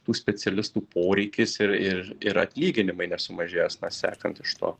tų specialistų poreikis ir ir ir atlyginimai nesumažės na sekant iš to